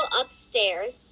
upstairs